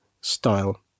style